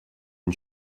une